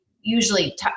usually